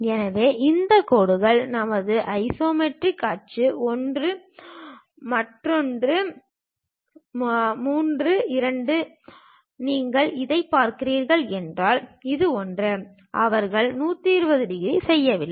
எனவே இந்த கோடுகள் நமது ஐசோமெட்ரிக் அச்சு ஒன்று இரண்டு மூன்று நீங்கள் இதைப் பார்க்கிறீர்கள் என்றால் இது ஒன்று அவர்கள் 120 டிகிரி செய்யவில்லை